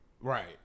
Right